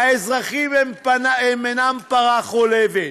האזרחים הם אינם פרה חולבת.